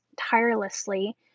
tirelessly